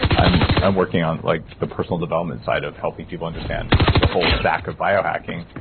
i'm i'm working on like the personal development side of helping people understand the whole stack of biohacking.